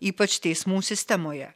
ypač teismų sistemoje